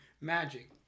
Magic